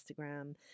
Instagram